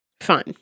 fine